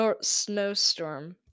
snowstorm